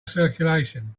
circulation